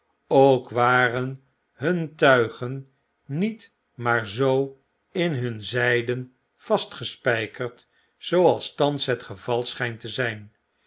ook waren hun tuigen niet maar zoo in hun zijden vastgespperd zooals thans het geval schynt te zp